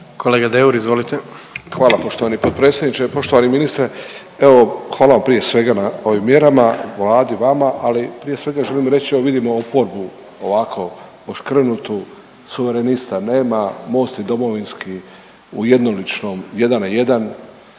**Deur, Ante (HDZ)** Hvala poštovani potpredsjedniče. Poštovani ministre, evo hvala vam prije svega na ovim mjerama Vladi, vama, ali prije svega želim reći evo vidim oporbu ovako oškrnutu. Suverenista nema, MOST i Domovinski u jednoličnom jedan na jedan.